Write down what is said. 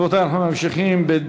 ברשות יושב-ראש הישיבה,